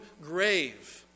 grave